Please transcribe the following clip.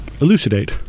elucidate